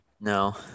No